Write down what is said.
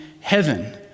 heaven